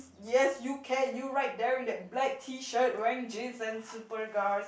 yes you can you right there with the black T-shirt wearing jeans and Superga's